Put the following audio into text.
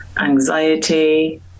anxiety